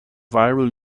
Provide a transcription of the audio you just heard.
viral